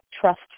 trust